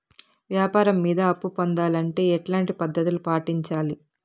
వ్యాపారం మీద అప్పు పొందాలంటే ఎట్లాంటి పద్ధతులు పాటించాలి?